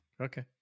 Okay